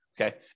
okay